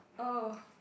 oh